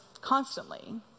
constantly